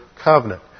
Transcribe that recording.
covenant